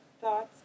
thoughts